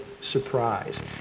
surprise